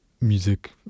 music